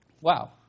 Wow